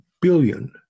billion